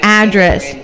address